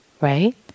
right